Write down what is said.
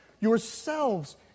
yourselves